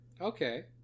Okay